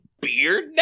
beard